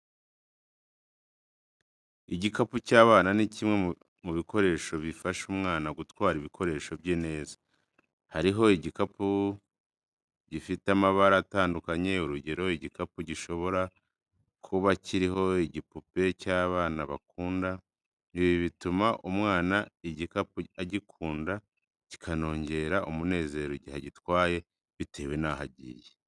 Igikapu cy'abana ni kimwe mu bikoresho bifasha umwana gutwara ibikoresho bye neza. Hariho ibikapu bifite amabara atandukanye, urugero igikapu gishobora kuba kiriho igipupe cy'abana bakunda. Ibi bituma umwana igikapu agikunda kikanongera umunezero igihe agitwaye bitewe naho agiye.